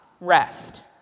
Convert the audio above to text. rest